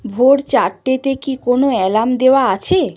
ভোর চারটেতে কি কোনো অ্যালার্ম দেওয়া আছে